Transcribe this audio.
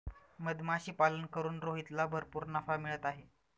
मधमाशीपालन करून रोहितला भरपूर नफा मिळत आहे